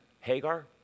Hagar